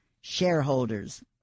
shareholders